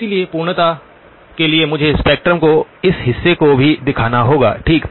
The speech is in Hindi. इसलिए पूर्णता के लिए मुझे स्पेक्ट्रम के इस हिस्से को भी दिखाना होगा ठीक